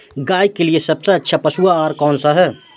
गाय के लिए सबसे अच्छा पशु आहार कौन सा है?